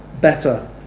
better